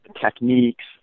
techniques